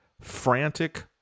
frantic